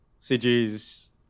CG's